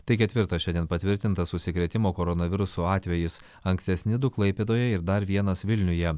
tai ketvirtas šiandien patvirtintas užsikrėtimo koronavirusu atvejis ankstesni du klaipėdoje ir dar vienas vilniuje